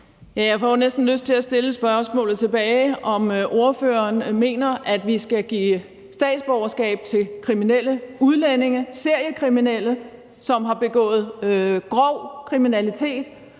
Jeg får næsten lyst til at stille spørgsmålet tilbage, nemlig om ordføreren mener, at vi skal give statsborgerskab til kriminelle udlændinge, seriekriminelle, som har begået grov kriminalitet,